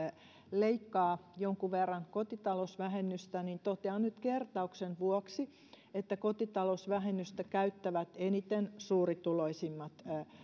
leikkaa jonkun verran kotitalousvähennystä niin totean nyt kertauksen vuoksi että kotitalousvähennystä käyttävät eniten suurituloisimmat